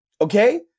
okay